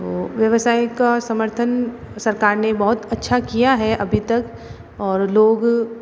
तो व्यवसाय का समर्थन सरकार ने बहुत अच्छा किया है अभी तक और लोग